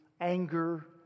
anger